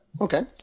okay